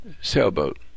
sailboat